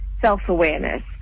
self-awareness